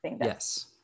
Yes